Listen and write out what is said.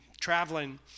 traveling